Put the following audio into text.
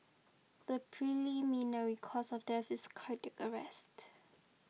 the preliminary cause of death is cardiac arrest